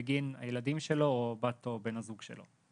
בגין הילדים שלו או בת או בן הזוג שלו.